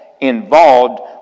involved